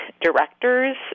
directors